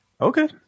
Okay